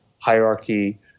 Hierarchy